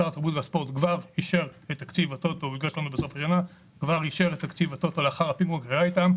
שר התרבות והספורט כבר אישר את תקציב הטוטו לאחר הפינג פונג שהיה איתם,